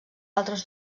altres